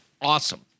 awesome